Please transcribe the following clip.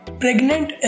pregnant